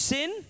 Sin